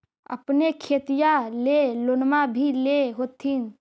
अपने खेतिया ले लोनमा भी ले होत्थिन?